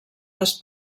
les